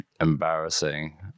embarrassing